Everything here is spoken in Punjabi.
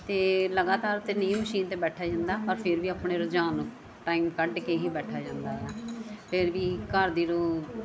ਅਤੇ ਲਗਾਤਾਰ ਤਾਂ ਨਹੀਂ ਮਸ਼ੀਨ 'ਤੇ ਬੈਠਿਆ ਜਾਂਦਾ ਪਰ ਫਿਰ ਵੀ ਆਪਣੇ ਰੁਝਾਨ ਨੂੰ ਟਾਈਮ ਕੱਢ ਕੇ ਹੀ ਬੈਠਿਆ ਜਾਂਦਾ ਆ ਫਿਰ ਵੀ ਘਰ ਦੀ ਰੁ